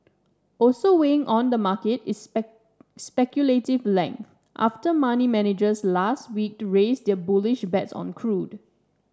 also weighing on the market is speculative length after money managers last week raised their bullish bets on crude